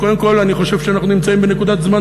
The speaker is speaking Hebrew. קודם כול אני חושב שאנחנו נמצאים בנקודת זמן